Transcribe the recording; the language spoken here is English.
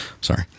sorry